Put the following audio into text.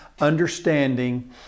understanding